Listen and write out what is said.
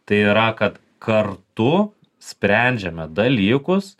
tai yra kad kartu sprendžiame dalykus